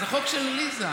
זה חוק של עליזה.